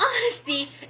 honesty